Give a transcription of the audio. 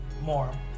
more